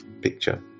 picture